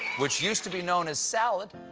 which used to be known as salad.